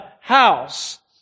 house